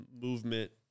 movement